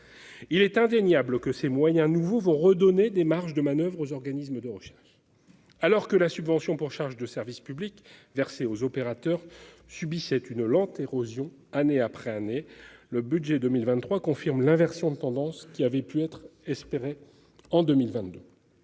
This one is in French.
Il est indéniable que ces moyens nouveaux vont redonner des marges de manoeuvre aux organismes de recherche. Alors que la subvention pour charges de service public versée aux opérateurs subissait année après année une lente érosion, le budget pour 2023 confirme l'inversion de tendance qui avait pu être espérée en 2022.